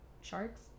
Sharks